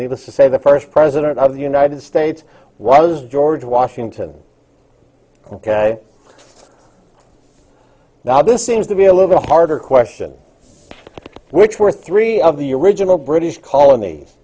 needless to say the first president of the united states was george washington ok now this seems to be a little harder question which were three of the your original british colonies